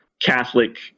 Catholic